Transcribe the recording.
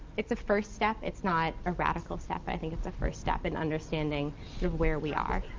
it's a first step. it's not a radical step, but i think it's a first step in understanding where we are.